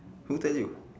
who tell you